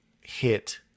hit